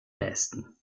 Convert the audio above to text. nähesten